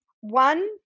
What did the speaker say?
One